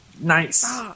Nice